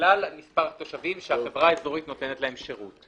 לכלל מספר התושבים שהחברה האזורית נותנת להם שרות.